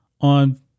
on